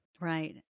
Right